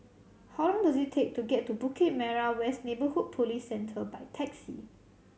how long does it take to get to Bukit Merah West Neighbourhood Police Centre by taxi